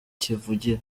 kivugira